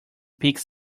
picks